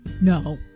no